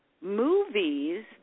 Movies